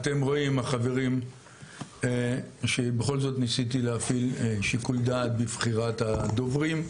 אתם רואים החברים שבכל זאת ניסיתי להפעיל שיקול דעת בבחירת הדוברים,